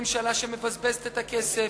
ממשלה שמבזבזת כסף,